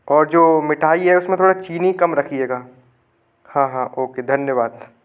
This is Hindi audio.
और जो मिठाई है उसमें थोड़ा चीनी कम रखिएगा हाँ हाँ ओ के धन्यवाद